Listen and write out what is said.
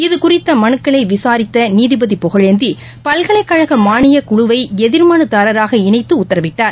இதுகுறித்தமனுக்களைவிசாரித்தநீதிபதி புகழேந்தி பல்கலைக்கழகமானியக்குழுவைஎதிர்மனுதாரராக இணைத்துடத்தரவிட்டார்